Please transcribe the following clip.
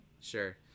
Sure